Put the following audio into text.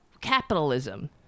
capitalism